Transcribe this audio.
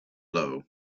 low